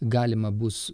galima bus